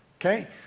okay